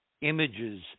images